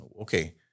okay